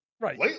Right